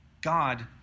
God